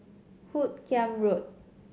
Hoot Kiam Road